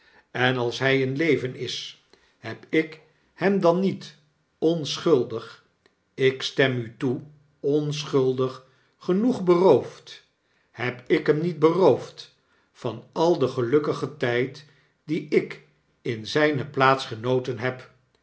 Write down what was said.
en als hg in leven is heb ik hem dan niet onschuldig ik stem u toe onschuldig genoeg beroofd heb ik hem niet beroofd van al den gelukkigen tgd dien ik in zgne plaats genoten heb